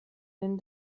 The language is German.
den